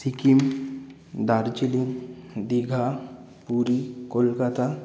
Sikkim Darjeeling Digha Puri Kolkata